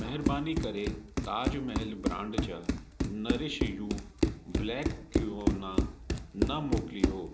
महेरबानी करे ताज महल ब्रांड जा nourish you black quinoa न मोकिलियो